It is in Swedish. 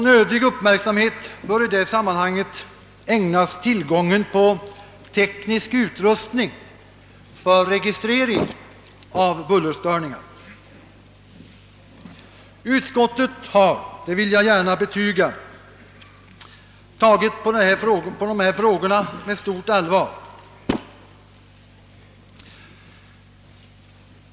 Nödig uppmärksamhet bör i det sammanhanget ägnas tillgången på teknisk utrustning för registrering av buller störningar. Utskottet har — det vill jag gärna betyga — behandlat dessa frågor med stort allvar.